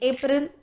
April